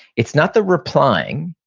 it's not the replying,